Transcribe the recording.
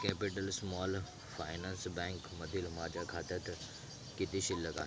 capital small finance बँकमधील माझ्या खात्यात किती शिल्लक आहे